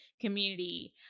community